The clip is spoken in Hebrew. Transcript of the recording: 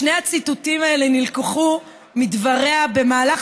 שני הציטוטים האלה נלקחו מדבריה במהלך